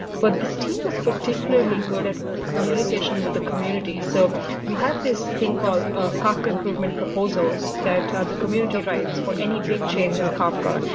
but this team was particularly good at communication with the community. so we have this thing called kafka improvement proposals that are the community writes for any big change in and kafka.